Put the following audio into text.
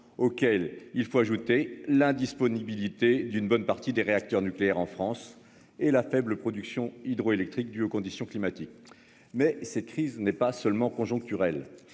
auquel il faut ajouter l'indisponibilité d'une bonne partie des réacteurs nucléaires en France et la faible production hydroélectrique dû aux conditions climatiques. Mais cette crise n'est pas seulement conjoncturel,